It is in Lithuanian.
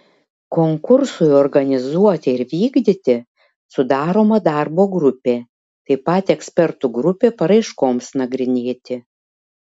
konkursui organizuoti ir vykdyti sudaroma darbo grupė taip pat ekspertų grupė paraiškoms nagrinėti